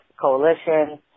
coalition